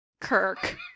Kirk